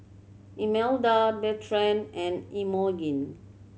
Imelda Bertrand and Imogene